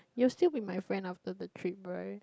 you will still be my friend after the trip right